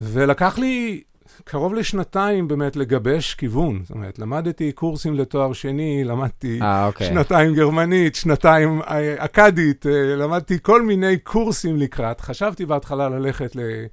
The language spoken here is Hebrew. ולקח לי קרוב לשנתיים באמת לגבש כיוון. זאת אומרת, למדתי קורסים לתואר שני, למדתי שנתיים גרמנית, שנתיים אכדית, למדתי כל מיני קורסים לקראת, חשבתי בהתחלה ללכת ל...